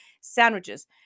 sandwiches